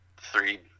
three